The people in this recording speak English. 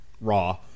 Raw